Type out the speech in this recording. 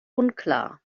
unklar